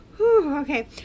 Okay